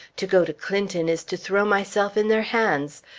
to go to clinton is to throw myself in their hands,